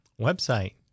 website